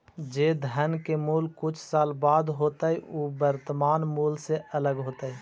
जे धन के मूल्य कुछ साल बाद होतइ उ वर्तमान मूल्य से अलग होतइ